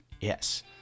Yes